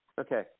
Okay